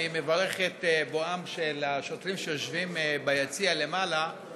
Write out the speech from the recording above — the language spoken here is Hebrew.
אני מברך את השוטרים שיושבים ביציע למעלה על בואם.